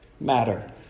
matter